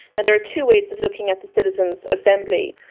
there are two ways of looking at the citizens assembly.